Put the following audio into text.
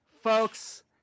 folks